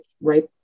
right